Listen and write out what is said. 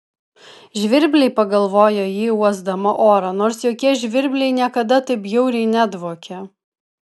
žvirbliai pagalvojo ji uosdama orą nors jokie žvirbliai niekada taip bjauriai nedvokė